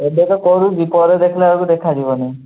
ଏବେ ତ କରୁଛି ପରେ ଦେଖିଲାବେଳକୁ ଦେଖାଯିବ ନେଇ